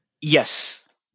Yes